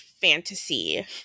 fantasy